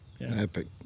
Epic